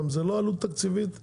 זה גם לא עלות תקציבית גדולה,